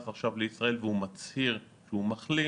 עכשיו לישראל והוא מצהיר שהוא מחלים,